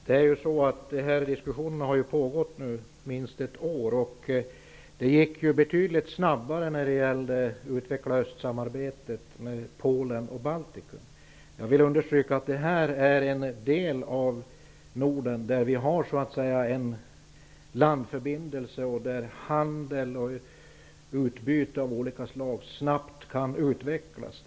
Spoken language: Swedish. Herr talman! Denna diskussion har ju nu pågått minst ett år. Det gick betydligt snabbare att utveckla östsamarbetet med Polen och Baltikum. Jag vill understryka att detta är en del av Norden, som vi har landförbindelse med och där handel och utbyte av olika slag snabbt kan utvecklas.